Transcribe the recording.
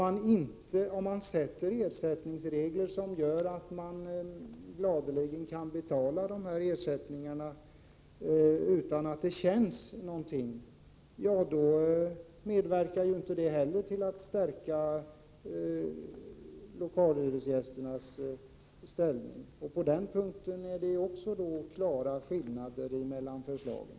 Att nivån på de ersättningsregler som införs är så låg att man gladeligen och utan att det blir särskilt kännbart kan betala dessa ersättningar medverkar ju inte heller till att stärka lokalhyresgästernas ställning. Också på den punkten föreligger det således skillnader mellan förslagen.